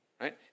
right